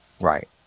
right